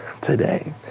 today